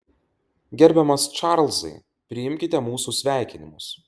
gerbiamas čarlzai priimkite mūsų sveikinimus